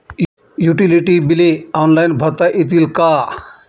Utility बिले online भरता येतील का?